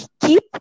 Keep